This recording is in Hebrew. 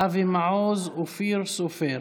אבי מעוז, אופיר סופר.